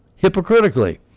hypocritically